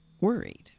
worried